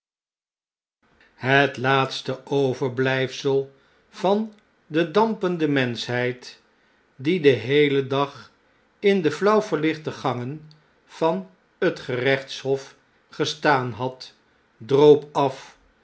het laatste overblijfsel van de dampende menschheid die den heelen dag in de flauw verlichte gangen van het gerechtshof gestaan had droop af